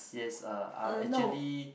yes uh I'll actually